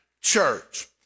church